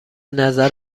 نظر